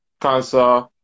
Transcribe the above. cancer